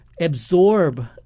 absorb